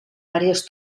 àrees